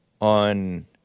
on